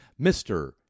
Mr